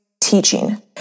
teaching